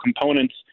components